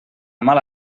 mala